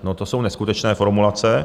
No, to jsou neskutečné formulace.